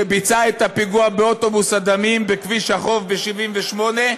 שביצעה את הפיגוע באוטובוס הדמים בכביש החוף ב-1978,